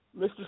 Mr